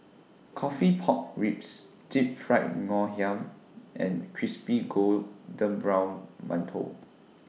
Coffee Pork Ribs Deep Fried Ngoh Hiang and Crispy Golden Brown mantou